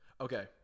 Okay